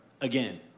again